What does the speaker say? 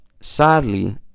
sadly